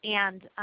and